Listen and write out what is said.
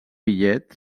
bitllet